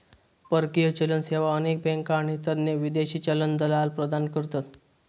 परकीय चलन सेवा अनेक बँका आणि तज्ञ विदेशी चलन दलाल प्रदान करतत